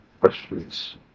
Questions